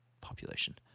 population